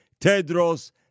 Tedros